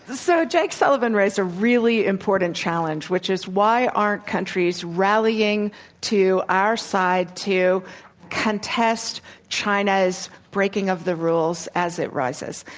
so, jake sullivan raised a really important challenge which is why aren't countries rallying to our side to contest china's breaking of the rules as it rises?